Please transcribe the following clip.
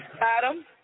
Adam